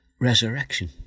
resurrection